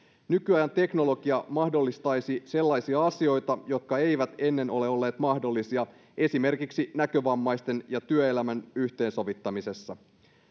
nykyajan teknologia mahdollistaisi sellaisia asioita jotka eivät ennen ole olleet mahdollisia esimerkiksi näkövammaisten ja työelämän yhteensovittamisessa